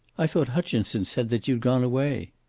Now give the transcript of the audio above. i thought hutchinson said that you'd gone away.